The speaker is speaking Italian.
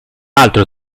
altro